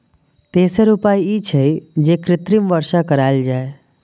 तेसर उपाय ई छै, जे कृत्रिम वर्षा कराएल जाए